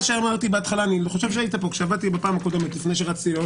אני חושב שהיית פה בפעם הקודמת לפני שרצתי לעוד